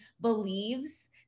believes